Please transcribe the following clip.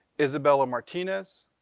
isabella martinez,